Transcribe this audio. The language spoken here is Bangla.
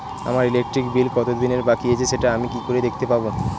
আমার ইলেকট্রিক বিল কত দিনের বাকি আছে সেটা আমি কি করে দেখতে পাবো?